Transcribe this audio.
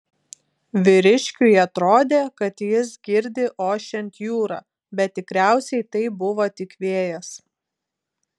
vyriškiui atrodė kad jis girdi ošiant jūrą bet tikriausiai tai buvo tik vėjas